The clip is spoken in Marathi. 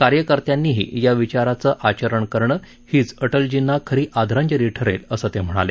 कार्यकर्त्यांनीही या विचाराचं आचरण करणं हीच अटलजींना खरी आदरांजली ठरेल असं ते म्हणाले